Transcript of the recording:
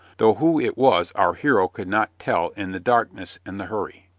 though who it was our hero could not tell in the darkness and the hurry.